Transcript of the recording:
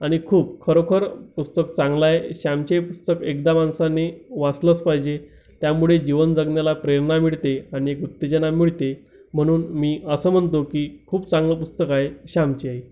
आणि खूप खरोखर पुस्तक चांगलं आहे श्यामचे पुस्तक एकदा माणसाने वाचलंच पाहिजे त्यामुळे जीवन जगण्याला प्रेरणा मिळते आणि उत्तेजना मिळते म्हणून मी असं म्हणतो की खूप चांगलं पुस्तक आहे श्यामची आई